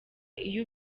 iyo